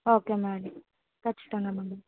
okay madam ఖచ్చితంగా madam